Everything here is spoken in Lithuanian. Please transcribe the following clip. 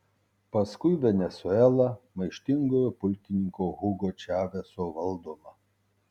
paskui venesuela maištingojo pulkininko hugo čaveso valdoma